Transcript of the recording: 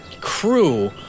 crew